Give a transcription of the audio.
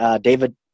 David